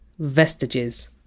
vestiges